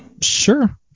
Sure